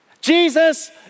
Jesus